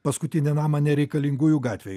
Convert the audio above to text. paskutinį namą nereikalingųjų gatvėj